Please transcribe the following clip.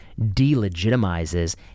delegitimizes